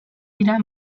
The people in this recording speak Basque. dira